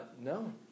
No